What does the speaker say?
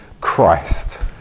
Christ